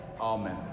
Amen